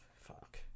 Fuck